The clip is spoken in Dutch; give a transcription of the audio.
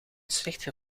slechte